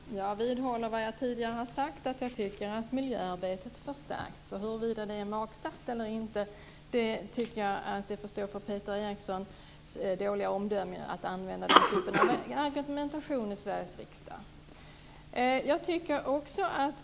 Herr talman! Jag vidhåller vad jag tidigare har sagt. Miljöarbetet har förstärkts. Det får stå för Peter Erikssons dåliga omdöme att uttala huruvida det är magstarkt eller inte som ett argument i Sveriges riksdag.